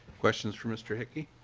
questions for mr. hickey?